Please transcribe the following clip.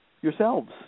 yourselves